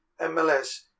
MLS